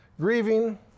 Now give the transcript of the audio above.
grieving